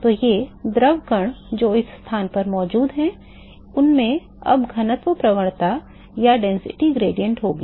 तो ये द्रव कण जो इस स्थान पर मौजूद हैं उनमें अब घनत्व प्रवणता होगी